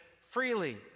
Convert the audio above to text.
freely